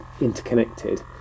interconnected